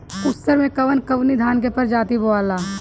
उसर मै कवन कवनि धान के प्रजाति बोआला?